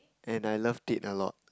and I loved it a lot